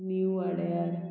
new वाड्यार